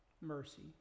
mercy